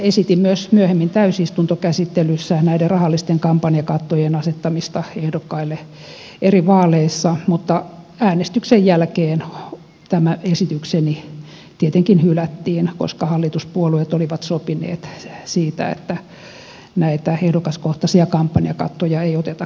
esitin myös myöhemmin täysistuntokäsittelyssä näiden rahallisten kampanjakattojen asettamista ehdokkaille eri vaaleissa mutta äänestyksen jälkeen tämä esitykseni tietenkin hylättiin koska hallituspuolueet olivat sopineet siitä että näitä ehdokaskohtaisia kampanjakattoja ei oteta käyttöön